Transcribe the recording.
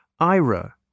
Ira